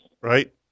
Right